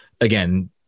again –